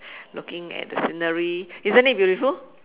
looking at the scenery isn't it beautiful